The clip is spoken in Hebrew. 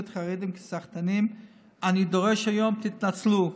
את החרדים כסחטנים אני דורש היום: תתנצלו.